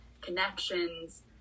connections